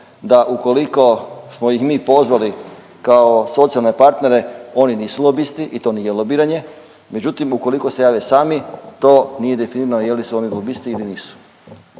da ukoliko smo ih mi pozvali kao socijalne partnere oni nisu lobisti i to nije lobiranje, međutim, ukoliko se jave sami, to nije definirano jeli su oni lobisti ili nisu.